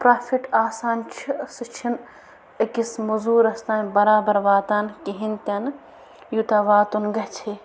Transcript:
profit آسان چھُ سُہ چھُنہٕ أکِس موٚزوٗرس تانۍ بَرابر واتان کِہیٖنۍ تہِ نہٕ یوٗتاہ واتُن گَژھہے